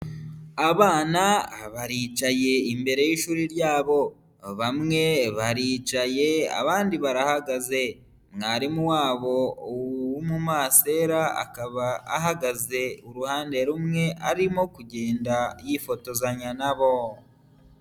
Abana baricaye imbere yishuri ryabo, bamwe baricaye abandi barahagaze mwarimu wabo w'umumasera akaba ahagaze i uruhande rumwe arimo kugenda yifotozanya nabo.